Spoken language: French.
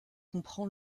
comprend